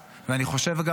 אני חושב על שולה וגאולה,